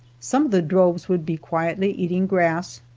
some of the droves would be quietly eating grass,